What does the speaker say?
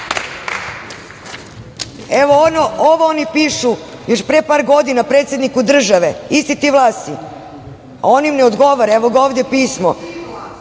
Bora. Evo, ovo oni pišu još pre par godina predsedniku države, isti ti Vlasi, a on im ne odgovara, evo ovde je pismo.